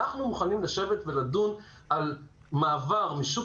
אנחנו מוכנים לשבת ולדון על מעבר משוק